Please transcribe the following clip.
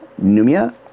Numia